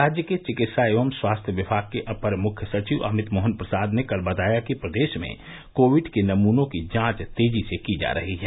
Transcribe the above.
राज्य के चिकित्सा एवं स्वास्थ्य विमाग के अपर मुख्य सचिव अमित मोहन प्रसाद ने कल बताया कि प्रदेश में कोविड के नमूनो की जांच तेजी से की जा रही है